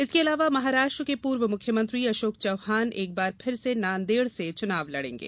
इसके अलावा महाराष्ट्र के पूर्व मुख्यमंत्री अशोक चव्हाण एक बार फिर से नांदेड़ से चुनाव लड़ेंगे